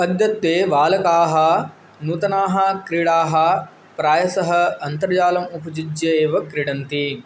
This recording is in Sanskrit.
अद्यत्वे बालकाः नूतनाः क्रीडाः प्रायसः अन्तर्जालम् उपयुज्य एव क्रीडन्ति